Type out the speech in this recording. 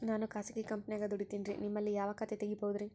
ನಾನು ಖಾಸಗಿ ಕಂಪನ್ಯಾಗ ದುಡಿತೇನ್ರಿ, ನಿಮ್ಮಲ್ಲಿ ಯಾವ ಖಾತೆ ತೆಗಿಬಹುದ್ರಿ?